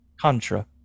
Contra